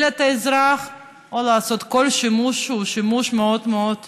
את האזרח או לעשות כל שימוש שהוא שימוש מאוד מאוד בעייתי.